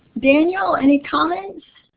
daniel, any